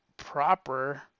proper